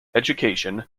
education